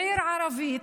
בעיר ערבית,